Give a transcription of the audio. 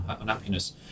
unhappiness